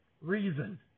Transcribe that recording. Reason